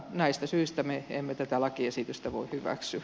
näistä syistä me emme tätä lakiesitystä voi hyväksyä